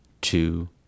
two